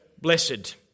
blessed